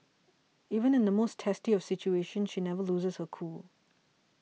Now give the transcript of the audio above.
even in the most testy of situations she never loses her cool